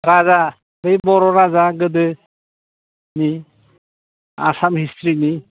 राजा बै बर' राजा गोदोनि आसाम हिस्थ'रिनि